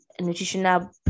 nutritional